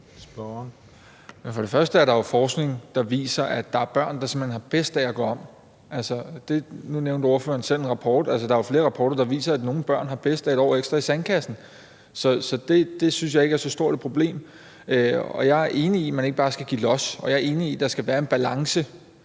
vil jeg sige, at der jo er forskning, der viser, at der er børn, der simpelt hen har bedst af at vente. Nu nævnte spørgeren selv en rapport – altså, der er jo flere rapporter, der viser, at nogle børn har bedst af 1 år ekstra i sandkassen. Så det synes jeg ikke er så stort et problem. Jeg er enig i, at man ikke bare skal give los, og jeg er enig i, at der skal være en balance.